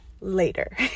later